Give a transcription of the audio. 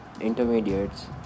intermediates